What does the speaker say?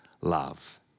love